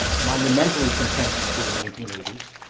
monumentally contentious through the nineteen eighty s